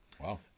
wow